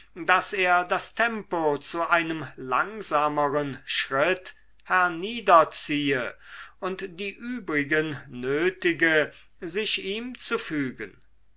daß er das tempo zu einem langsameren schritt herniederziehe und die übrigen nötige sich ihm zu fügen